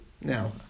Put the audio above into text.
Now